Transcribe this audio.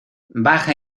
baja